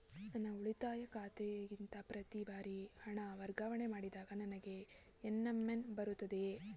ನನ್ನ ಉಳಿತಾಯ ಖಾತೆಯಿಂದ ಪ್ರತಿ ಬಾರಿ ಹಣ ವರ್ಗಾವಣೆ ಮಾಡಿದಾಗ ನನಗೆ ಎಸ್.ಎಂ.ಎಸ್ ಬರುತ್ತದೆಯೇ?